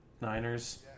Niners